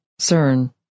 CERN